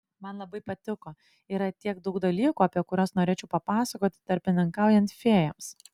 man labai patiko yra tiek daug dalykų apie kuriuos norėčiau papasakoti tarpininkaujant fėjoms